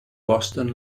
boston